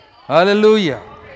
Hallelujah